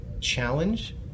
challenge